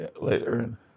later